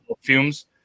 fumes